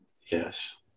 Yes